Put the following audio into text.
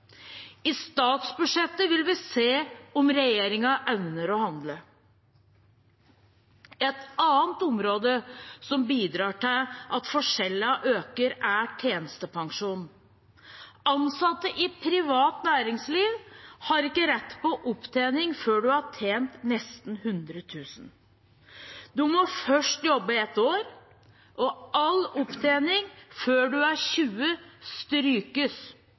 I statsbudsjettet vil vi se om regjeringen evner å handle. Et annet område som bidrar til at forskjellene øker, er tjenestepensjon. Ansatte i privat næringsliv har ikke rett på opptjening før de har tjent nesten 100 000 kr. De må først jobbe i ett år. All opptjening før man er 20 år, strykes.